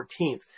14th